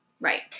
Right